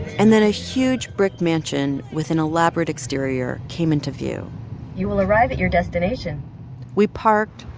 and then a huge brick mansion with an elaborate exterior came into view you will arrive at your destination we parked,